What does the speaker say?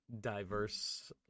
diverse